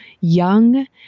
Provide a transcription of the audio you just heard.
young